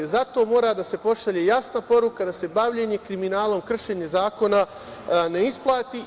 Zato mora da se pošalje jasna poruka da se bavljenje kriminalom, kršenje zakona ne isplati.